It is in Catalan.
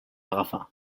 agafar